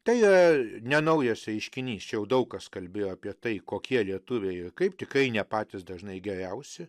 tai nenaujas reiškinys čia jau daug kas kalbėjo apie tai kokie lietuviai ir kaip tikrai ne patys dažnai geriausi